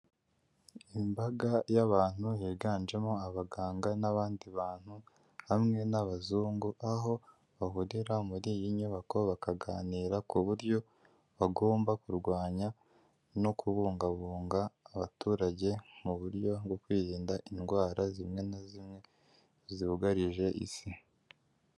Imbaga y'abantu higanjemo abaganga n'abandi bantu, bamwe n'abazungu aho bahurira muri iyi nyubako, bakaganira ku buryo bagomba kurwanya no kubungabunga abaturage, mu buryo bwo kwirinda indwara zimwe na zimwe zugarije isi.